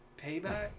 payback